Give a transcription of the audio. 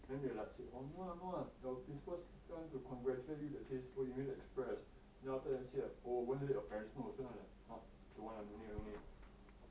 then they like say oh no lah no lah the principal want to congratulate you that says cause you made it to express then after that say like oh why don't you let your parents know so then I'm like !huh! don't want lah no need no need